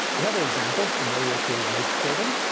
another example familiar to most children,